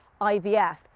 IVF